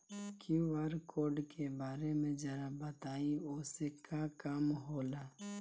QR code के बारे में जरा बताई वो से का काम होला?